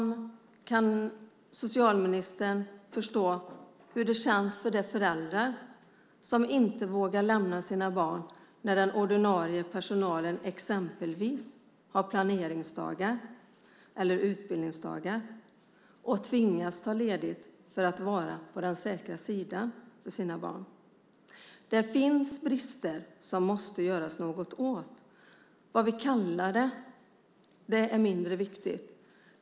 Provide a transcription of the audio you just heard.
Kan socialministern förstå hur det känns för de föräldrar som inte vågar lämna sina barn på förskolan när den ordinarie personalen exempelvis har planeringsdagar eller utbildningsdagar och tvingas att ta ledigt för att vara på den säkra sidan för sina barn? Det finns brister som det måste göras något åt. Vad vi kallar det är mindre viktigt.